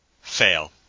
fail